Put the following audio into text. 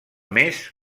més